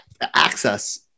access